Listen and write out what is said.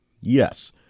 Yes